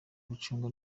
gucunga